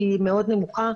כי היא מאוד נמוכה,